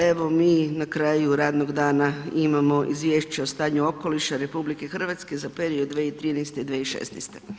Evo mi na kraju radnog dana imamo Izvješće o stanju okoliša RH za period 2013.-2016.